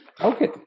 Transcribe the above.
okay